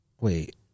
Wait